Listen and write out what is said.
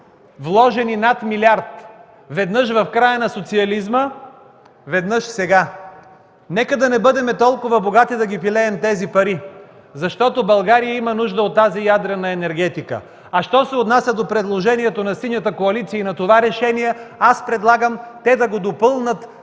вложени над милиард – веднъж в края на социализма, веднъж сега. Нека не бъдем толкова богати, за да пилеем тези пари, защото България има нужда от тази ядрена енергетика. А що се отнася до предложението на Синята коалиция и на това решение, аз предлагам да го допълнят